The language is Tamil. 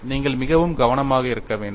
நீங்கள் மிகவும் கவனமாக இருக்க வேண்டும்